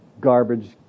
Garbage